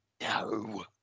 No